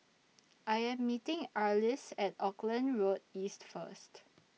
I Am meeting Arlis At Auckland Road East First